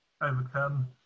overcome